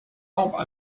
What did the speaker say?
rompre